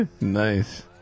Nice